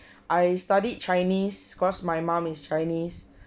I studied chinese cause my mum is chinese